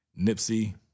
Nipsey